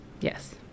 Yes